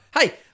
Hey